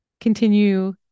continue